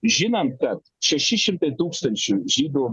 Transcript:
žinant kad šeši šimtai tūkstančių žydų